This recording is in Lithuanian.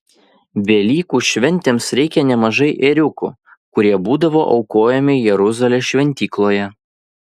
velykų šventėms reikia nemažai ėriukų kurie būdavo aukojami jeruzalės šventykloje